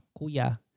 Kuya